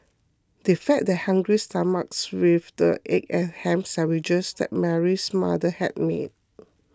they fed their hungry stomachs with the egg and ham sandwiches that Mary's mother had made